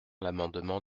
l’amendement